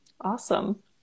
Awesome